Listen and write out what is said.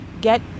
get